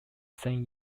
same